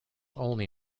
only